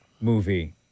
movie